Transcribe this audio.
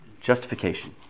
Justification